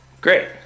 Great